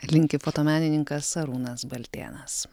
linki fotomenininkas arūnas baltėnas